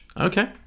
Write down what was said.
Okay